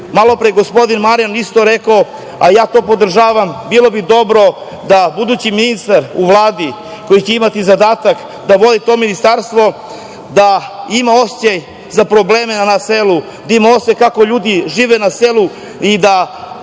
malopre je gospodin Marijan isto rekao, a ja to podržavam. Bilo bi dobro da budući ministar u Vladi koji će imati zadatak da vodi to ministarstvo da ima osećaj za probleme na selu, da ima osećaj kako ljudi žive na selu i da